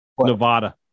Nevada